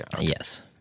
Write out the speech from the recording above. Yes